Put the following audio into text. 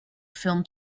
film